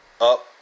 up